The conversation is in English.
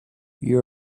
you